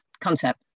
concept